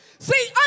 See